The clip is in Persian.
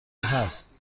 هست